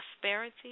prosperity